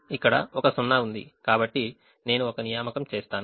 ఇక్కడ ఒక సున్నా ఉంది కాబట్టి నేను ఒక నియామకం చేస్తాను